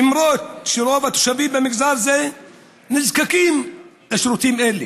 אף שרוב התושבים במגזר זה נזקקים לשירותים האלה.